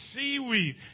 seaweed